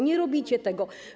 Nie robicie tego.